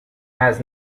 has